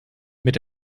mit